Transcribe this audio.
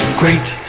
great